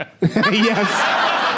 Yes